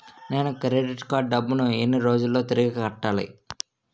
నేను credit card డబ్బును ఎన్ని రోజుల్లో తిరిగి కట్టాలి?